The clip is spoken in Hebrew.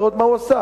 לראות מה הוא עשה,